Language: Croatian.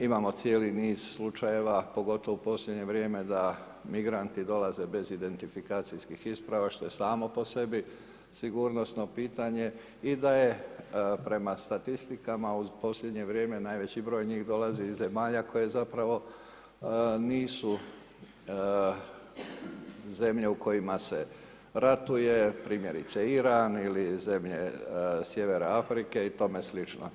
Imamo cijeli niz slučajeva pogotovu u posljednje vrijeme da migranti dolaze bez identifikacijskih isprava što je samo po sebi sigurnosno pitanje i da je prema statistikama u posljednje vrijeme najveći broj njih dolazi iz zemalja koje zapravo nisu zemlje u kojima se ratuje, primjerice Iran, ili zemlje sjevera Afrike i to sl.